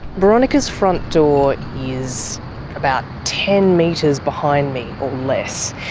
boronika's front door is about ten metres behind me, or less.